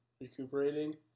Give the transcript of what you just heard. recuperating